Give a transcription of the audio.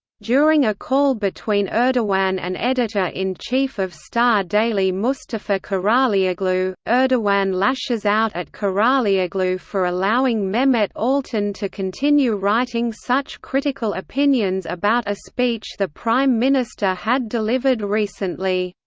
during a call between erdogan and editor-in-chief of star daily mustafa karaalioglu, erdogan lashes out at karaalioglu for allowing mehmet altan to continue writing such critical opinions about a speech the prime minister had delivered recently.